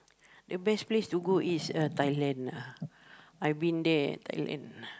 the best place to go is uh Thailand lah I been there Thailand